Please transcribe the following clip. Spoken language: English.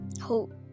hope